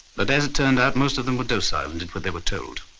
but as it turned out, most of them were docile and did what they were told.